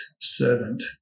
servant